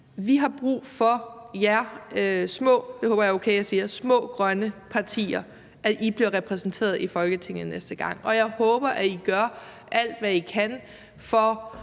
er okay jeg siger – grønne partier bliver repræsenteret i Folketinget næste gang, og jeg håber, at I gør alt, hvad I kan, for